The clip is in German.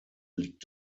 liegt